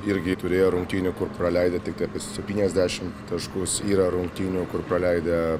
irgi turėjo rungtynių kur praleidę tiktai apie septyniasdešim taškus yra rungtynių kur praleidę